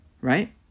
right